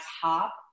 top